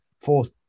fourth